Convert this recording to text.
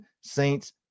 Saints